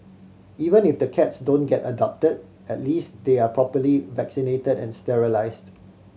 even if the cats don't get adopted at least they are properly vaccinated and sterilised